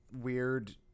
weird